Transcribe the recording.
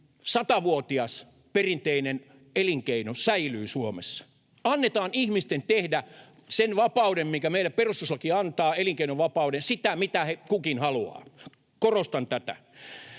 satavuotias perinteinen elinkeino säilyy Suomessa. Annetaan ihmisten tehdä sen vapauden turvin, minkä meidän perustuslakimme antaa, elinkeinovapauden, sitä, mitä kukin haluaa. Korostan tätä: